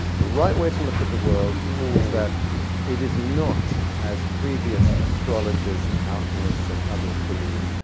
the right way to look at the world is that it is not as previous astrologers, alchemists, and others believed,